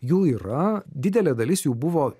jų yra didelė dalis jų buvo